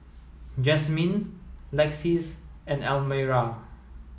Jazmyne Lexis and Almyra